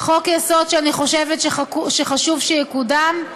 חוק-יסוד שאני חושבת שחשוב שיקודם,